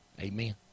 Amen